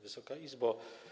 Wysoka Izbo!